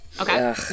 Okay